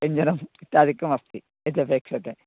व्यञ्चनम् इत्यादिकम् अस्ति यद्यपेक्षते